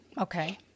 Okay